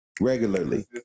Regularly